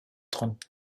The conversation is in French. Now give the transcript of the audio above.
trente